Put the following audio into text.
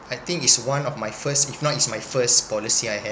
I think it's one of my first if not it's my first policy I had